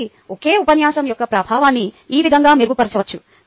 కాబట్టి ఒకే ఉపన్యాసం యొక్క ప్రభావాన్ని ఈ విధంగా మెరుగుపరచవచ్చు